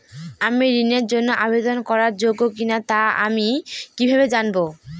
আমি ঋণের জন্য আবেদন করার যোগ্য কিনা তা আমি কীভাবে জানব?